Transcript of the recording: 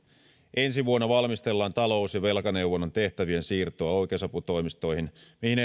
ensi vuonna valmistellaan talous ja velkaneuvonnan tehtävien siirtoa oikeusaputoimistoihin mihin